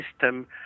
system